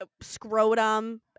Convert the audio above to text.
scrotum